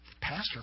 Pastor